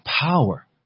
power